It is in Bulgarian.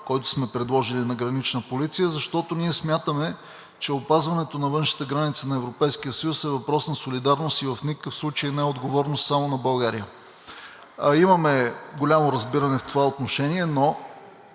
който сме предложили на „Гранична полиция“, защото ние смятаме, че опазването на външната граница на Европейския съюз е въпрос на солидарност и в никакъв случай не е отговорност само на България. Имаме голямо разбиране в това отношение, но